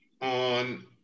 on